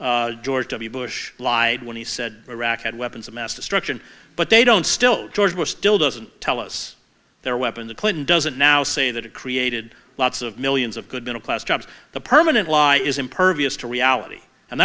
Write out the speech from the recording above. jobs george w bush lied when he said iraq had weapons of mass destruction but they don't still george bush still doesn't tell us their weapon the clinton doesn't now say that it created lots of millions of good middle class jobs the permanent lie is impervious to reality and